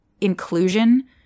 inclusion